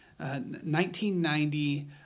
1990